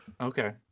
Okay